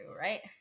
right